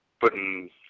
putting